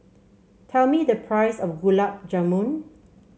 tell me the price of Gulab Jamun